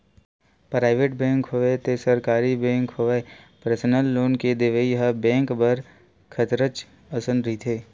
private bank होवय ते सरकारी बेंक होवय परसनल लोन के देवइ ह बेंक बर खतरच असन रहिथे